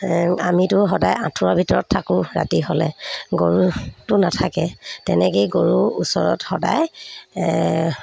আমিতো সদায় আঠুৱাৰ ভিতৰত থাকোঁ ৰাতি হ'লে গৰুটো নাথাকে তেনেকেই গৰুৰ ওচৰত সদায়